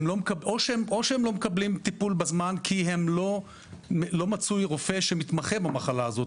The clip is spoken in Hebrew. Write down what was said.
או שהם לא מקבלים טיפול בזמן כי הם לא מצאו רופא שמתמחה במחלה הזאת,